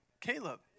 Caleb